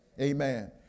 Amen